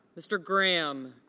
mr. graham